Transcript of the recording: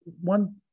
one